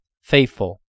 faithful